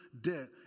debt